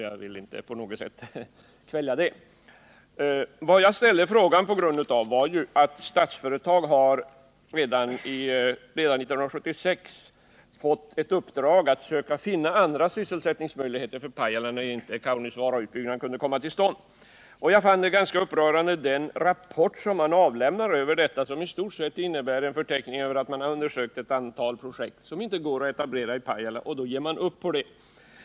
Jag ställde min fråga på grund av att Statsföretag redan 1976 fick i uppdrag att söka finna andra sysselsättningsmöjligheter för Pajala när inte Kaunisvaarautbyggnaden kunde komma till stånd. Jag fann den rapport ganska upprörande som man avlämnade och som i stort sett innebär en förteckning över ett antal projekt som inte går att etablera i Pajala — och då ger man upp.